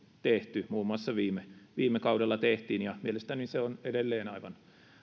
tehty muun muassa viime viime kaudella tehtiin ja mielestäni se on edelleen aivan